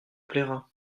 plaira